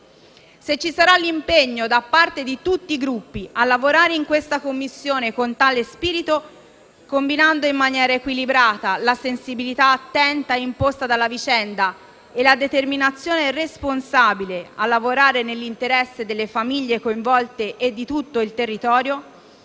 Se ci sarà l'impegno da parte di tutti i Gruppi a lavorare in questa Commissione con tale spirito, combinando in maniera equilibrata la sensibilità attenta imposta dalla vicenda e la determinazione responsabile a lavorare nell'interesse delle famiglie coinvolte e di tutto il territorio,